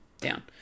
down